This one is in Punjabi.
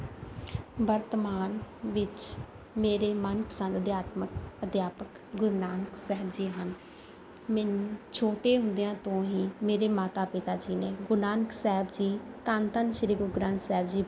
ਵਰਤਮਾਨ ਵਿੱਚ ਮੇਰੇ ਮਨਪਸੰਦ ਅਧਿਆਤਮਿਕ ਅਧਿਆਪਕ ਗੁਰੂ ਨਾਨਕ ਸਾਹਿਬ ਜੀ ਹਨ ਮੈਨੂੰ ਛੋਟੇ ਹੁੰਦਿਆਂ ਤੋਂ ਹੀ ਮੇਰੇ ਮਾਤਾ ਪਿਤਾ ਜੀ ਨੇ ਗੁਰੂ ਨਾਨਕ ਸਾਹਿਬ ਜੀ ਧੰਨ ਧੰਨ ਸ਼੍ਰੀ ਗੁਰੂ ਗ੍ਰੰਥ ਸਾਹਿਬ ਜੀ ਬਾਰੇ ਦੱਸਿਆ